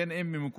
בין אם ממקורותיו,